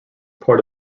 part